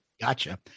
gotcha